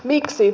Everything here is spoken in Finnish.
miksi